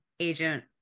agent